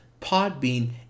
Podbean